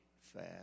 fast